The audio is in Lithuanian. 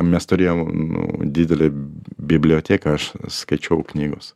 mes turėjom didelę biblioteką aš skaičiau knygos